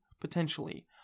potentially